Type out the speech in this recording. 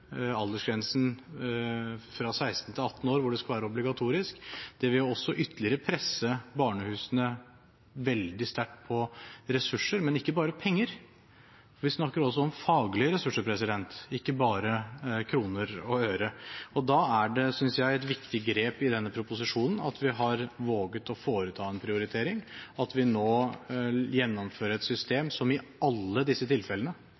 aldersgrensen for når det skal være obligatorisk, fra 16 til 18 år. Det vil ytterligere presse barnehusene veldig sterkt på ressurser, men ikke bare på penger; vi snakker også om faglige ressurser, ikke bare kroner og øre. Da synes jeg det er et viktig grep i denne proposisjonen at vi har våget å foreta en prioritering, og at vi nå gjennomfører et system som i alle disse tilfellene